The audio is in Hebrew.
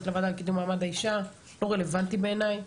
לוועדה לקידום מעמד האישה לא רלוונטי בעיניי.